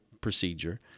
procedure